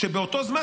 כשבאותו זמן,